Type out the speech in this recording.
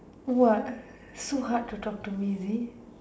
what so hard to talk to me is it